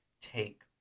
take